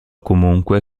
comunque